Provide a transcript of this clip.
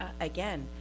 again